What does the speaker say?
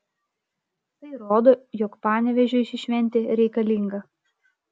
tai rodo jog panevėžiui ši šventė reikalinga